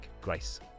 Grace